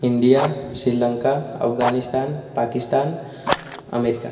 India Sri Lanka Afghanistan Pakistan America